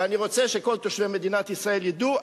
ואני רוצה שכל תושבי מדינת ישראל ידעו,